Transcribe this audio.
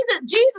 Jesus